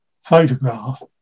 photograph